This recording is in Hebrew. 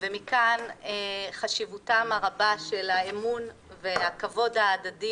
ומכאן חשיבותם הרבה של האמון והכבוד ההדדי